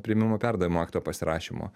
priėmimo perdavimo akto pasirašymo